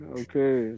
okay